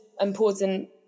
important